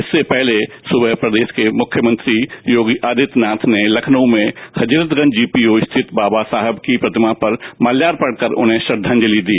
इससे पहले सुबह प्रदेश के मुख्यमंत्री योगी आदित्यनाथ ने लखनऊ में हजरतगंज जी पी ओ स्थित बाबा साहब की प्रतिमा पर माल्यार्पण कर उन्हें श्रद्वांजलि दी